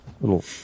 little